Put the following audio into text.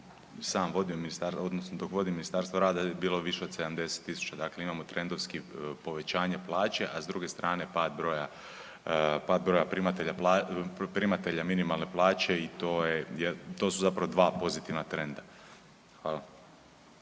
sam vodio odnosno dok vodim Ministarstvo rada je bilo više od 70.000. Dakle, imamo trendovski povećanje plaće, a s druge strane pad broja, pad broja primatelja minimalne plaće i to je, to su zapravo dva pozitivna trenda. Hvala.